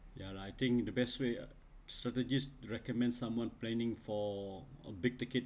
ya lah I think the best way strategies recommend someone planning for a big ticket